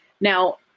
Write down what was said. Now